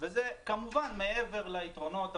וזה כמובן מעבר ליתרונות הבריאותיים,